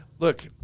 Look